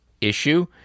issue